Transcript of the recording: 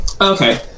Okay